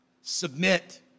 Submit